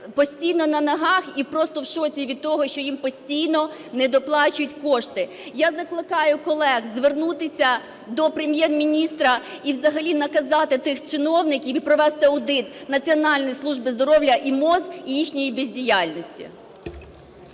постійно на ногах і просто в шоці від того, що їм постійно недоплачують кошти. Я закликаю колег звернутися до Прем'єр-міністра і взагалі наказати тих чиновників і провести аудит Національної служби здоров'я і МОЗ і їхньої бездіяльності.